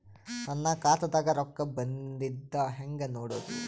ನನ್ನ ಖಾತಾದಾಗ ರೊಕ್ಕ ಬಂದಿದ್ದ ಹೆಂಗ್ ನೋಡದು?